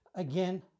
Again